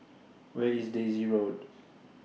Where IS Daisy Road